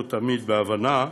לא תמיד בהבנה,